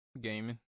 gaming